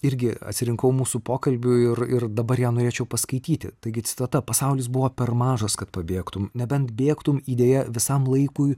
irgi atsirinkau mūsų pokalbiui ir ir dabar ją norėčiau paskaityti taigi citata pasaulis buvo per mažas kad pabėgtum nebent bėgtumei į deja visam laikui